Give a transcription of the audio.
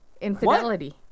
Infidelity